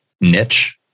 niche